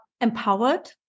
empowered